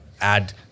add